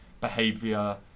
behavior